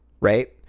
right